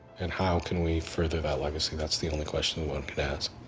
and how can we further that legacy. thats the only question one can ask.